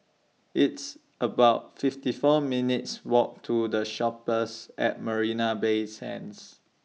It's about fifty four minutes' Walk to The Shoppes At Marina Bay Sands